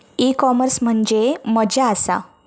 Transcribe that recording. E commerce म्हणजे मझ्या आसा?